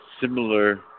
similar